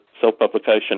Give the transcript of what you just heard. self-publication